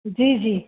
जी जी